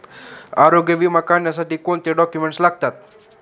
आरोग्य विमा काढण्यासाठी कोणते डॉक्युमेंट्स लागतात?